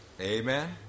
Amen